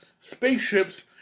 spaceships